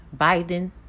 Biden